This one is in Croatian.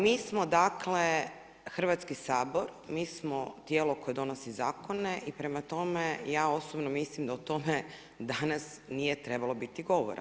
Mi smo dakle Hrvatski sabor, mi smo tijelo koje donosi zakone i prema tome ja osobno mislim da o tome danas nije trebalo biti govora.